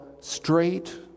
straight